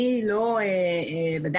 אני לא בדקתי את זה.